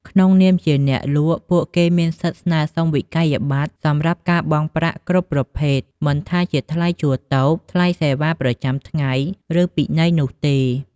ក្នុងនាមជាអ្នកលក់ ពួកគេមានសិទ្ធិស្នើសុំវិក័យប័ត្រសម្រាប់ការបង់ប្រាក់គ្រប់ប្រភេទមិនថាជាថ្លៃជួលតូប ថ្លៃសេវាប្រចាំថ្ងៃ ឬពិន័យនោះទេ។